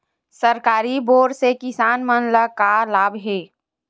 सरकारी बोर से किसान मन ला का लाभ हे?